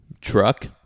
truck